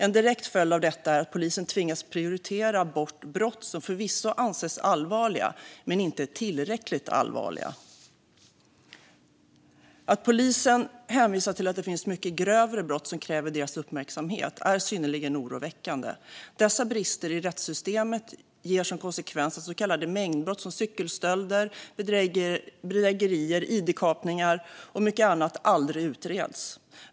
En direkt följd av detta är att polisen tvingas prioritera bort brott som förvisso anses allvarliga - men inte tillräckligt allvarliga. Att polisen hänvisar till att det finns mycket grövre brott som kräver deras uppmärksamhet är synnerligen oroväckande. Dessa brister i rättssystemet ger som konsekvens att så kallade mängdbrott som cykelstölder, bedrägerier, id-kapningar och mycket annat aldrig utreds.